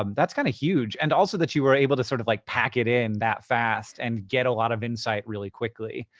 um that's kind of huge. and also that you were able to sort of, like, pack it in that fast and get a lot of insight really quickly.